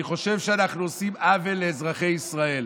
אני חושב שאנחנו עושים עוול לאזרחי ישראל.